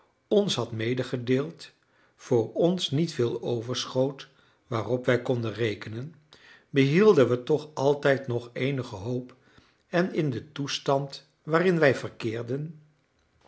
ons had medegedeeld voor ons niet veel overschoot waarop wij konden rekenen behielden we toch altijd nog eenige hoop en in den toestand waarin wij verkeerden